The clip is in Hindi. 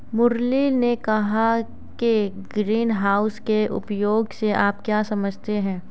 मुरली ने कहा कि ग्रीनहाउस के उपयोग से आप क्या समझते हैं?